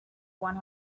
one